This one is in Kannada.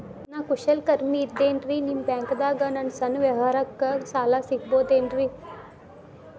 ನಾ ಕುಶಲಕರ್ಮಿ ಇದ್ದೇನ್ರಿ ನಿಮ್ಮ ಬ್ಯಾಂಕ್ ದಾಗ ನನ್ನ ಸಣ್ಣ ವ್ಯವಹಾರಕ್ಕ ಸಾಲ ಸಿಗಬಹುದೇನ್ರಿ?